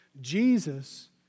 Jesus